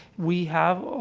we have, ah,